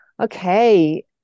Okay